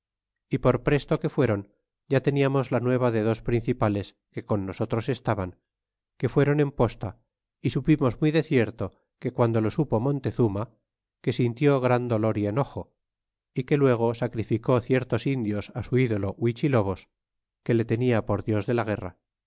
y por presto que fuéron ya teníamos la nueva de dos principales que con nosotros estaban que fuéron en posta y supimos muy de cierto que guando lo supo montezuma que sintió gran dolor y enojo é que luego sacrificó ciertos indios á su ídolo huichilobos que le tenia por dios de la guerra